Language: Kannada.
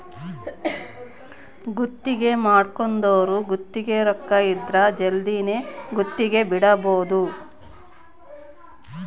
ಗುತ್ತಿಗೆ ಮಾಡ್ಕೊಂದೊರು ಗುತ್ತಿಗೆ ರೊಕ್ಕ ಇದ್ರ ಜಲ್ದಿನೆ ಗುತ್ತಿಗೆ ಬಿಡಬೋದು